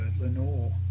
Lenore